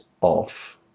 off